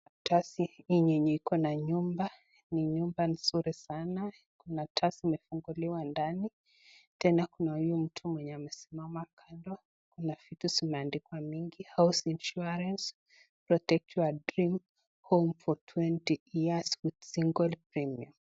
Tasi hii ni yenye iko na nyumba , ni nyumba nzuri sana, kuna taa zimefunguliwa dani. Tena kuna huyu mtu mwenye amesimama kando, kuna vitu zenye zimeandikwa mingi, (cs) house insurance, protect your dream home for twenty years with single payment (cs).